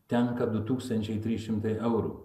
tenka du tūkstančiai trys šimtai eurų